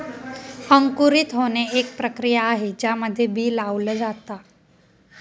अंकुरित होणे, एक प्रक्रिया आहे ज्यामध्ये बी लावल जाता